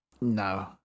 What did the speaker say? No